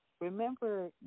Remember